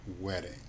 wedding